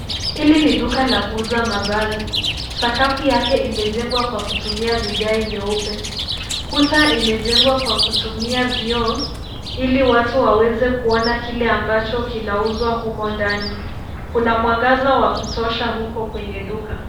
Hili ni duka la kuuza mavazi,, sakafu yake imejengwa kwa kutumia vigae nyeupe. Kuta imejengwa kwa kutumia vioo ili watu waweze kuona kile ambacho kinauzwa humo ndani. Kuna mwangaza wa kutosha huko kwenye duka.